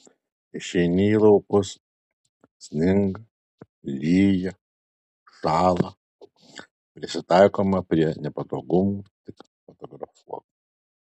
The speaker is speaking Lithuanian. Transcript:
išeini į laukus sninga lyja šąla prisitaikoma prie nepatogumų tik fotografuok